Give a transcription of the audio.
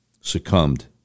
succumbed